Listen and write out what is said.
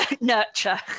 nurture